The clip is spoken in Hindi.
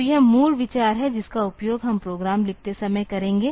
तो यह मूल विचार है जिसका उपयोग हम प्रोग्राम लिखते समय करेंगे